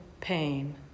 pain